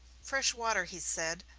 fresh water, he said,